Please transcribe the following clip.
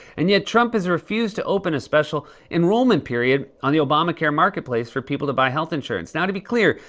and yet trump has refused to open a special enrollment period on the obamacare marketplace for people to buy health insurance. now, to be clear,